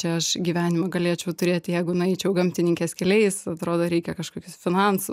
čia aš gyvenimą galėčiau turėti jeigu nueičiau gamtininkės keliais atrodo reikia kažkokios finansus